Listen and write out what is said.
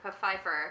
Pfeiffer